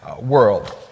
world